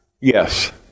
Yes